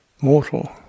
Mortal